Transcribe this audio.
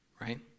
right